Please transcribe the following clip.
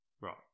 right